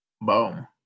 Boom